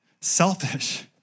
selfish